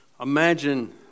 Imagine